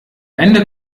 ende